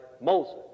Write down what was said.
Moses